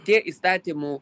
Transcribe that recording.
tie įstatymų